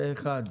פה אחד.